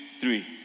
three